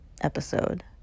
episode